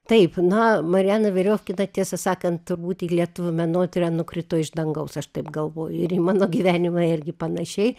taip na mariana viriofkina tiesą sakant turbūt į lietuvių menotyrą nukrito iš dangaus aš taip galvoju ir į mano gyvenimą irgi panašiai